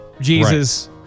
Jesus